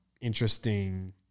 interesting